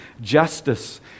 justice